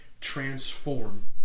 transform